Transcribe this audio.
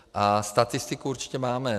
A statistiku určitě máme.